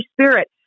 Spirit